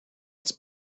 its